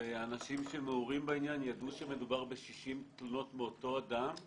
ואנשים שמעורים בעניין ידעו שמדובר ב-60 תלונות מאותו אדם,